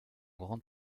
grande